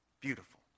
Beautiful